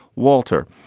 walter?